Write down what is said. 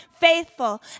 faithful